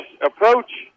approach